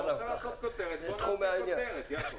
אלה תחומי העניין.